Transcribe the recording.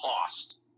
cost